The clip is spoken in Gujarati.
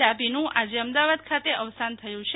ડાભીનું આજે અમદાવાદ ખાતે અવસાન થયું છે